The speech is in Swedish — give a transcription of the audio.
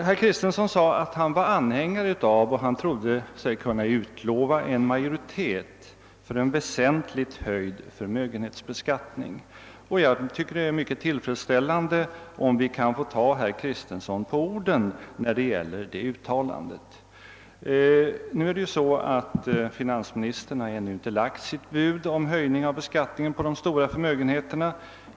Herr Kristenson sade att han var anhängare av och trodde sig kunna utlova en majoritet för en väsentligt höjd förmögenhetsbeskattning. Jag tycker att det är mycket tillfredsställande om vi får ta herr Kristenson på orden när det gäller det uttalandet. Finansministern har ännu inte lagt fram sitt bud om höjningen av beskattningen på de stora förmögenheterna.